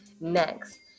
next